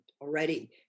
already